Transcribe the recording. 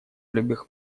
любых